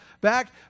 back